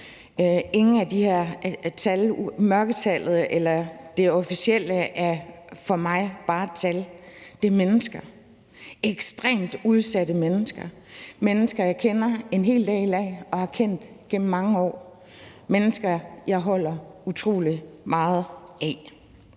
ingen af de tal, hverken mørketallet eller det officielle, er for mig bare et tal; det er mennesker. Der er tale om ekstremt udsatte mennesker – mennesker, som jeg kender en hel del af, og som jeg har kendt igennem mange år, mennesker, jeg holder utrolig meget af.